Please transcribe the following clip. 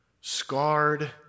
scarred